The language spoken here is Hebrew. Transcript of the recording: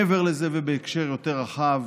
מעבר לזה, ובהקשר יותר רחב,